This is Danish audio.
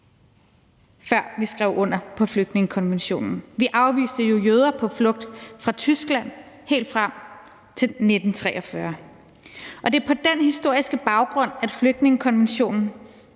før vi skrev under på flygtningekonventionen. Vi afviste jo jøder på flugt fra Tyskland helt frem til 1943. Det er på den historiske baggrund, at flygtningekonventionen